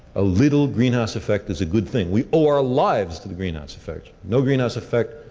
a little greenhouse effect is a good thing. we owe our lives to the greenhouse effect. no greenhouse effect,